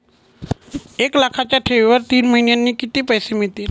एक लाखाच्या ठेवीवर तीन महिन्यांनी किती पैसे मिळतील?